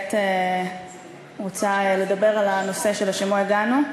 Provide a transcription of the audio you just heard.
כעת אני רוצה לדבר על הנושא שלשמו הגענו,